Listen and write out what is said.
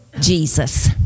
Jesus